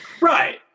Right